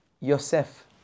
Yosef